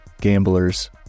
gamblers